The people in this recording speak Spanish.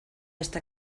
hasta